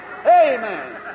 Amen